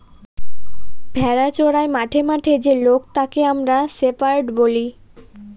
ভেড়া চোরাই মাঠে মাঠে যে লোক তাকে আমরা শেপার্ড বলি